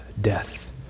death